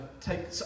take